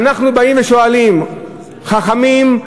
ואנחנו באים ושואלים, חכמים,